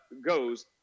goes